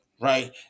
right